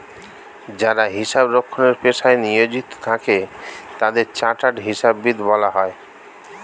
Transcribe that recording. যারা হিসাব রক্ষণের পেশায় নিয়োজিত থাকে তাদের চার্টার্ড হিসাববিদ বলা হয়